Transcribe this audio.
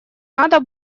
надо